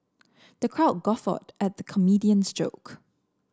the crowd guffawed at the comedian's joke